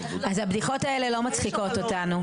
אז הבדיחות האלה לא מצחיקות אותנו.